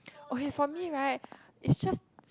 okay for me right it's just